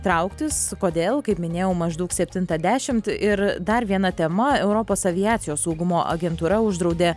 trauktis kodėl kaip minėjau maždaug septintą dešimt ir dar viena tema europos aviacijos saugumo agentūra uždraudė